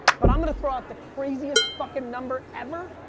but i'm going to throw out the craziest fucking number ever,